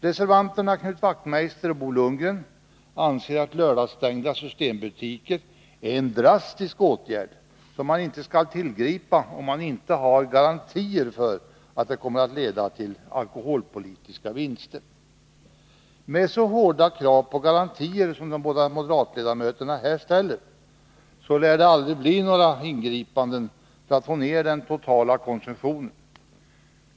Reservanterna Knut Wachtmeister och Bo Lundgren anser att lördagsstängda systembutiker är en drastisk åtgärd, som man inte skall tillgripa om man inte har garantier för att den kommer att leda till alkoholpolitiska vinster. Med så hårda krav på garantier som de båda moderatledamöterna här ställer lär det aldrig bli några ingripanden för att få ner den totala konsumtionen.